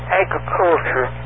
agriculture